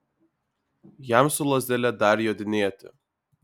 jam su lazdele dar jodinėti